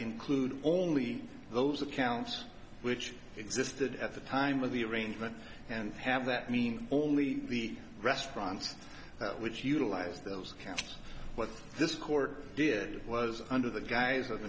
include only those accounts which existed at the time of the arrangement and have that mean only the restaurants which utilize those caps what this court did was under the guise of